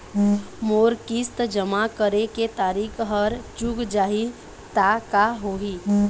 मोर किस्त जमा करे के तारीक हर चूक जाही ता का होही?